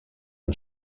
i’m